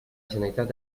generalitat